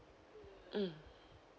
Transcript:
mm